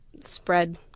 spread